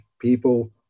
people